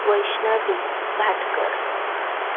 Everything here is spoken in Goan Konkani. वैष्णवी भाटकर